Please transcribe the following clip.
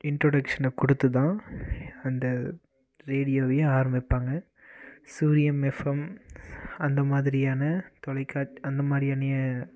இன்ரோடக்ஷனை கொடுத்து தான் அந்த ரேடியோவையே ஆரம்பிப்பாங்க சூரியன் எஃப்எம் அந்த மாதிரியான தொலைக்காட்சி அந்த மாதிரியான்னைய